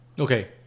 okay